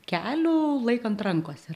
kelių laikant rankose